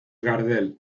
gardel